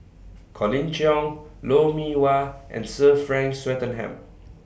Colin Cheong Lou Mee Wah and Sir Frank Swettenham